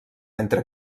entre